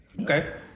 Okay